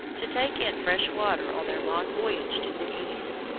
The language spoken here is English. to take in fresh water on their long voyage to the east.